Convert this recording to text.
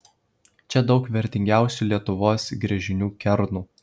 čia daug vertingiausių lietuvos gręžinių kernų